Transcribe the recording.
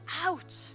out